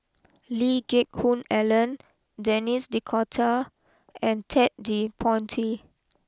Lee Geck Hoon Ellen Denis D Cotta and Ted De Ponti